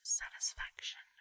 satisfaction